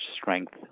strength